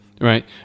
Right